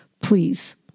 please